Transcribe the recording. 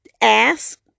ask